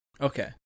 Okay